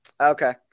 okay